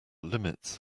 limits